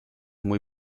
muy